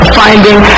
finding